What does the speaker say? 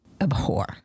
abhor